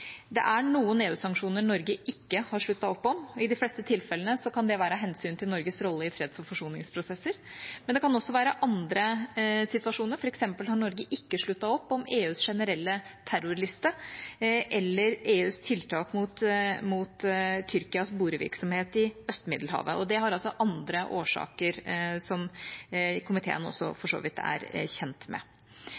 Det er noen EU-sanksjoner Norge ikke har sluttet opp om. I de fleste tilfellene kan det være av hensyn til Norges rolle i freds- og forsoningsprosesser, men det kan også være andre situasjoner. For eksempel har Norge ikke sluttet opp om EUs generelle terrorliste eller EUs tiltak mot Tyrkias borevirksomhet i Øst-Middelhavet. Det har altså andre årsaker, som komiteen